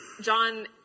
John